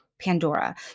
Pandora